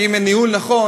כי אם אין ניהול נכון